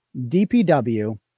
DPW